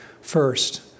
First